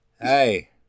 Hey